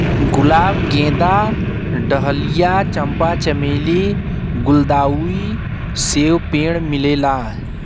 गुलाब गेंदा डहलिया चंपा चमेली गुल्दाउदी सबे पेड़ मिलेला